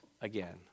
again